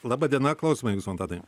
laba diena klausome jūsų antanai